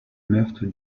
meurtre